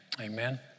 Amen